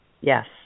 Yes